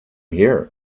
here